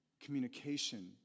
communication